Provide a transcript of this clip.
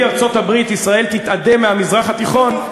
ארצות-הברית ישראל תתאדה מהמזרח התיכון,